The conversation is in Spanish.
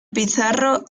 pizarro